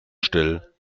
still